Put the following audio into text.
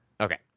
Okay